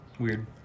weird